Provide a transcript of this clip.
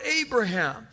Abraham